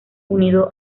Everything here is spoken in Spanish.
unido